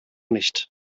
nicht